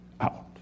out